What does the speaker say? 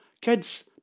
Kids